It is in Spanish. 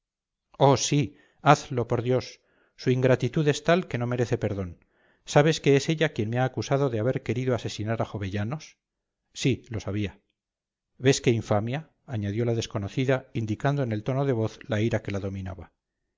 oh sí hazlo por dios su ingratitud es tal que no merece perdón sabes que es ella quien me ha acusado de haber querido asesinar a jovellanos sí lo sabía ves qué infamia añadió la desconocida indicando en el tono de su voz la ira que la dominaba